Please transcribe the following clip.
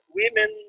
women